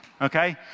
Okay